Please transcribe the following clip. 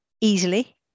easily